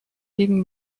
gegen